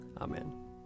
Amen